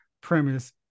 premise